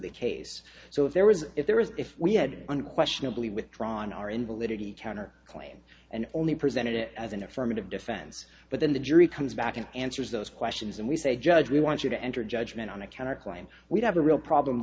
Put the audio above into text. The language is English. the case so if there was if there was if we had unquestionably withdrawn our invalidity counter claim and only presented it as an affirmative defense but then the jury comes back and answers those questions and we say judge we want you to enter judgment on a counterclaim we'd have a real problem